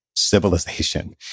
civilization